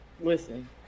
Listen